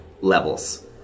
levels